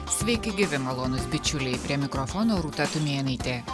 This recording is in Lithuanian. sveiki gyvi malonūs bičiuliai prie mikrofono rūta tumėnaitė